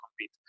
compete